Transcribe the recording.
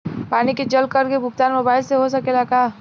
पानी के जल कर के भुगतान मोबाइल से हो सकेला का?